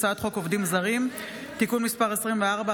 הצעת חוק עובדים זרים (תיקון מס' 24),